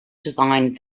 designed